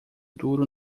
duro